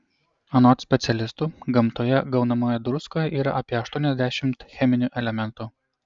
anot specialistų gamtoje gaunamoje druskoje yra apie aštuoniasdešimt cheminių elementų